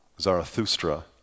Zarathustra